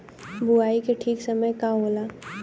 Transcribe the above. बुआई के ठीक समय का होला?